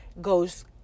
goes